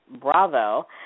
Bravo